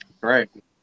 Right